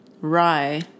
rye